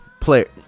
player